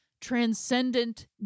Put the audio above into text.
transcendent